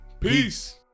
Peace